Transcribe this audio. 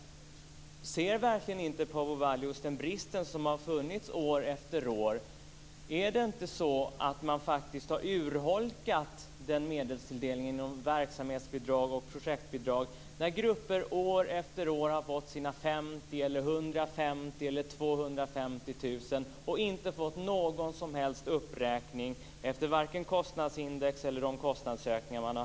Ser verkligen Paavo Vallius inte den brist som har funnits år efter år? Har man inte urholkat medelstilldelningen i verksamhetsbidrag och projektbidrag när grupper år efter år har fått sina 50 000, 150 000 eller 250 000 och inte fått någon som helst uppräkning efter vare sig kostnadsindex eller faktiska kostnadsökningar?